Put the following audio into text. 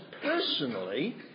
personally